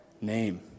name